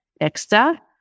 extra